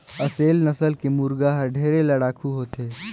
असेल नसल के मुरगा हर ढेरे लड़ाकू होथे